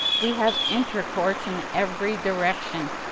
we have intercourse in every direction,